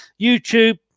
YouTube